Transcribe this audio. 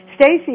Stacey